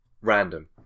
random